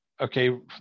Okay